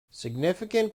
significant